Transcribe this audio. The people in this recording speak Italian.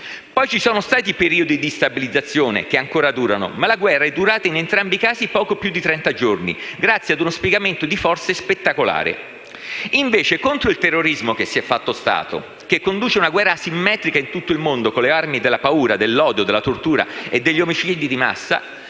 Poi ci sono stati i periodi di stabilizzazione, che ancora durano, ma in entrambi casi la guerra è durata poco più di trenta giorni grazie ad uno spiegamento di forze spettacolare. Invece, contro il terrorismo che si è fatto Stato, che conduce una guerra asimmetrica in tutto il mondo con le armi della paura, dell'odio, della tortura e degli omicidi di massa,